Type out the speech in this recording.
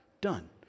Done